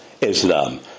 Islam